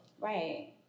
Right